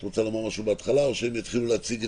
את רוצה לומר משהו בהתחלה או שהם יתחילו להציג?